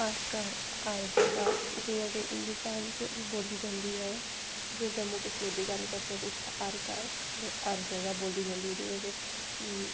हर घर हर जगह् जियां कि हिन्दूस्तान च बी बोली जंदी जे जम्मू कश्मीर दी गल्ल करचै ते इत्थै हर घर मतलब हर जगह बोल्ली जंदी ऐ जियां के